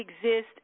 exist